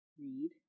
read